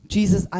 Jesus